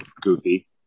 goofy